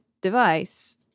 device